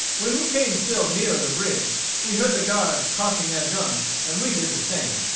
when we came still nearer the bridge we heard the guards cocking their guns, and we did the same.